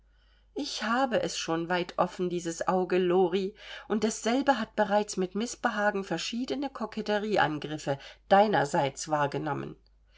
ich habe es schon weit offen dieses auge lori und dasselbe hat bereits mit mißbehagen verschiedene koketterie angriffe deinerseits wahrgenommen